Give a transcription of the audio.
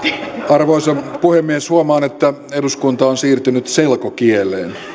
arvoisa puhemies huomaan että eduskunta on siirtynyt selkokieleen jota